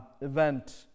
event